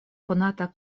konata